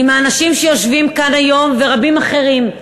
עם האנשים שיושבים כאן היום ורבים אחרים,